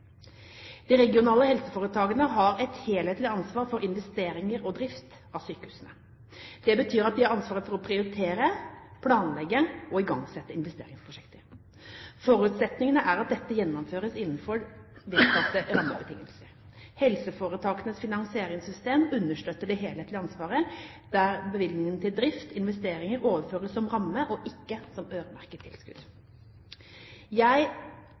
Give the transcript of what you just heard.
De regionale helseforetakene har et helhetlig ansvar for investeringer og drift av sykehusene. Det betyr at de har ansvar for å prioritere, planlegge og igangsette investeringsprosjekter. Forutsetningen er at dette gjennomføres innenfor vedtatte rammebetingelser. Helseforetakenes finansieringssystem understøtter det helhetlige ansvaret, der bevilgning til drift og investeringer overføres som rammer og ikke som øremerkede tilskudd. Jeg